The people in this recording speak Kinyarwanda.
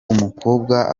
umukobwa